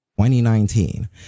2019